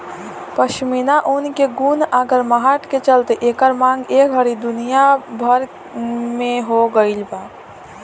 पश्मीना ऊन के गुण आ गरमाहट के चलते एकर मांग ए घड़ी दुनिया भर में हो गइल बा